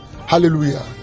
Hallelujah